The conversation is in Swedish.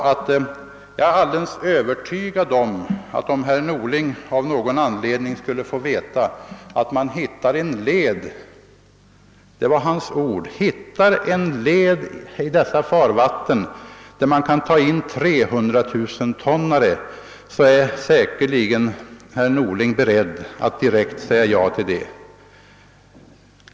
Han sade: Jag är alldeles övertygad om att om herr Norling av någon anledning skulle få veta att man hittat en led — han talade om att hitta en led — i dessa farvatten, där man kan ta in 300 000-tonnare, är säkerligen herr Norling beredd att säga ja till det.